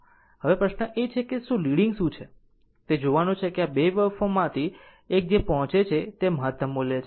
હવે પ્રશ્ન એ છે કે શું લીડીંગ છે અને તે જોવાનું છે કે આ 2 વેવ ફોર્મમાંથી જે એક તે પહોંચે છે તે મહત્તમ મૂલ્ય છે